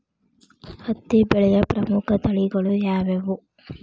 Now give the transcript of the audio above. ಹತ್ತಿ ಬೆಳೆಯ ಪ್ರಮುಖ ತಳಿಗಳು ಯಾವ್ಯಾವು?